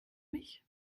mich